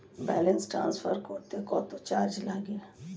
Balance transfer করতে কত charge লাগে?